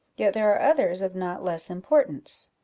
yet there are others of not less importance.